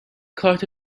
کارت